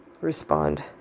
respond